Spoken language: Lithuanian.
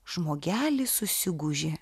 žmogelis susigūžė